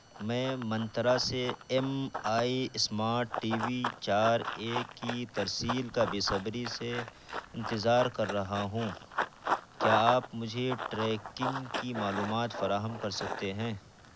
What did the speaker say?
میں منترا سے M I smart TV چار اے کی ترسیل کا بے صبری سے انتظار کر رہا ہوں کیا آپ مجھے ٹریکنگ کی معلومات فراہم کر سکتے ہیں